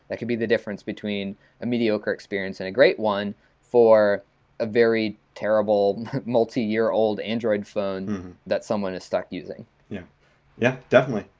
that could be the difference between a mediocre experience and a great one for a very terrible multiyear old android phone that someone is stuck using yeah, definitely.